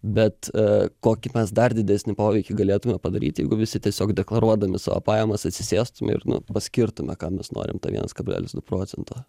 bet kokį mes dar didesnį poveikį galėtume padaryt jeigu visi tiesiog deklaruodami savo pajamas atsisėstume ir nu skirtume kam mes norim tą vienas kablelis du procento